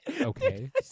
Okay